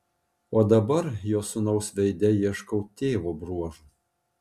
o dabar jo sūnaus veide ieškau tėvo bruožų